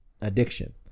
addiction